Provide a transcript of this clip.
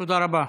תודה רבה.